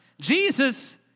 Jesus